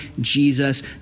Jesus